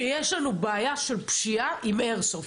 שיש לנו בעיה של פשיעה עם איירסופט.